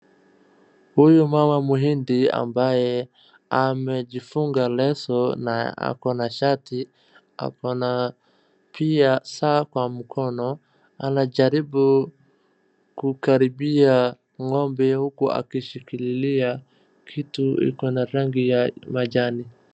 Huyu mama mhindi ambaye amejifunga leso na ako na shati, ako na pia saa kwa mkono, anajaribu kukaribia ng'ombe huku akishikilia kitu iko na rangi ya majani.